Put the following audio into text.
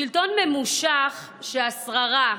שלטון ממושך שהשררה,